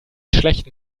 schlechten